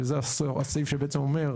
שזה הסעיף שבעצם אומר,